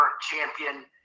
champion